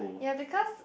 ya because